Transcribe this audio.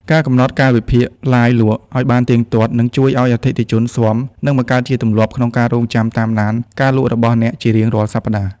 ការកំណត់ កាលវិភាគឡាយលក់ ឱ្យបានទៀងទាត់ នឹងជួយឱ្យអតិថិជនស៊ាំ និងបង្កើតជាទម្លាប់ក្នុងការរង់ចាំតាមដានការលក់របស់អ្នកជារៀងរាល់សប្ដាហ៍។